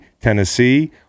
Tennessee